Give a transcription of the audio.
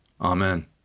Amen